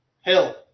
Hill